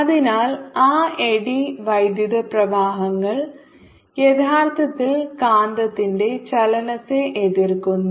അതിനാൽ ആ എഡ്ഡി വൈദ്യുത പ്രവാഹങ്ങൾ യഥാർത്ഥത്തിൽ കാന്തത്തിന്റെ ചലനത്തെ എതിർക്കുന്നു